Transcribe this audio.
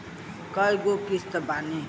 कय गो किस्त बानी?